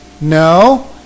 no